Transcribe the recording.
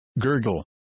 Gurgle